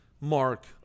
mark